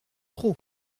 trop